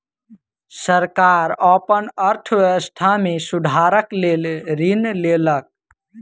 सरकार अपन अर्थव्यवस्था में सुधारक लेल ऋण लेलक